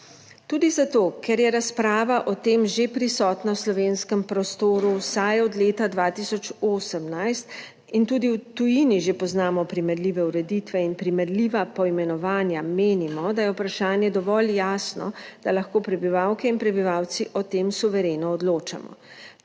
Tudi zato, ker je razprava o tem že prisotna v slovenskem prostoru vsaj od leta 2018 in tudi v tujini že poznamo primerljive ureditve in primerljiva poimenovanja, menimo, da je vprašanje dovolj jasno, da lahko prebivalke in prebivalci o tem suvereno odločamo,